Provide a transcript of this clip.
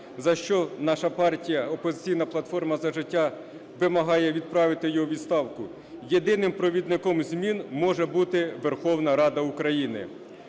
за що наша партія "Опозиційна платформа – За життя" вимагає відправити його у відставку, єдиним провідником змін може бути Верховна Рада України.